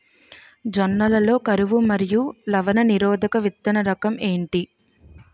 జొన్న లలో కరువు మరియు లవణ నిరోధక విత్తన రకం ఏంటి?